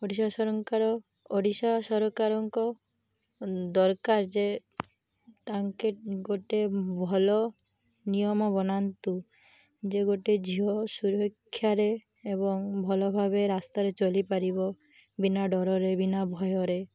ଓଡ଼ିଶା ସରକାର ଓଡ଼ିଶା ସରକାରଙ୍କ ଦରକାର ଯେ ତାଙ୍କେ ଗୋଟେ ଭଲ ନିୟମ ବନାନ୍ତୁ ଯେ ଗୋଟେ ଝିଅ ସୁରକ୍ଷାରେ ଏବଂ ଭଲ ଭାବେ ରାସ୍ତାରେ ଚଲିପାରିବ ବିନା ଡରରେ ବିନା ଭୟରେ